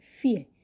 fear